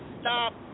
stop